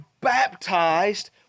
baptized